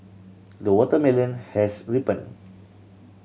the watermelon has ripened